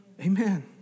Amen